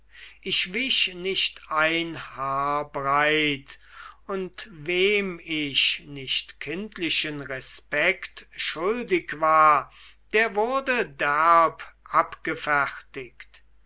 ich wich nicht ein haar breit und wem ich nicht kindlichen respekt schuldig war der wurde derb abgefertigt